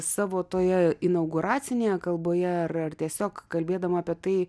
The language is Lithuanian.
savo toje inauguracinėje kalboje ar ar tiesiog kalbėdama apie tai